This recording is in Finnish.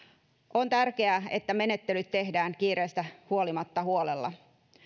on tärkeää että menettelyt tehdään kiireestä huolimatta huolella